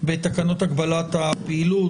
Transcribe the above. בתקנות הגבלת הפעילות,